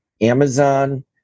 Amazon